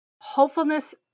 hopefulness